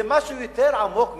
זה משהו יותר עמוק מזה.